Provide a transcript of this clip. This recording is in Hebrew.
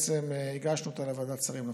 שהגשנו לוועדת השרים לחקיקה.